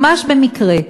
ממש במקרה,